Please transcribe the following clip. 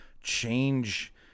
change